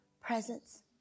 presence